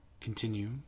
continue